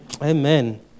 Amen